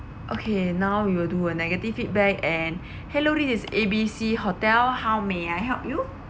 okay now we will do a negative feedback and hello this is A B C hotel how may I help you